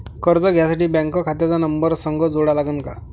कर्ज घ्यासाठी बँक खात्याचा नंबर संग जोडा लागन का?